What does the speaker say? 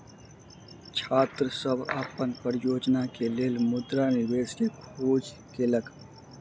छात्र सभ अपन परियोजना के लेल मुद्रा निवेश के खोज केलक